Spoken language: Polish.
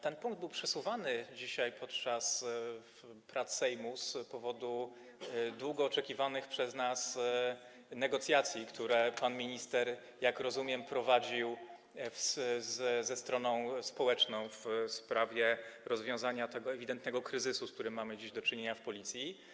Ten punkt był przesuwany dzisiaj podczas prac Sejmu z powodu długo oczekiwanych przez nas negocjacji, które pan minister, jak rozumiem, prowadził ze stroną społeczną w sprawie rozwiązania tego ewidentnego kryzysu, z którym mamy dziś do czynienia w Policji.